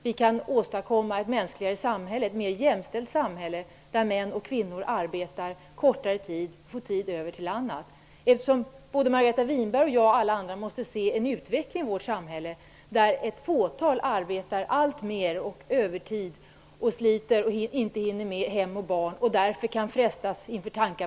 Då kan vi åstadkomma ett mänskligare och mer jämställt samhälle där män och kvinnor arbetar kortare tid och får tid över till annat. Vi kan se en utveckling i vårt samhälle där ett fåtal människor arbetar alltmer övertid, sliter och inte hinner med hem och barn medan andra inte har någon sysselsättning alls.